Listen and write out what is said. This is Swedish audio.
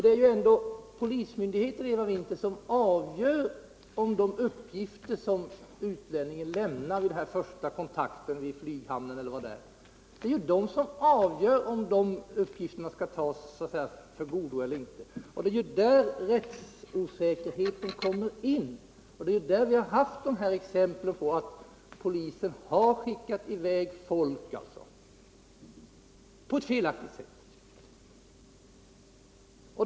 Det är ju ändå, Eva Winther, polismyndigheten som avgör om de uppgifter som utlänningen lämnar vid den första kontakten vid fyghamnen eller liknande skall tas för goda eller inte. Det är där rättsosäkerheten kommer in, och det är där vi haft exempel på att polisen skickat i väg folk på ett felaktigt sätt.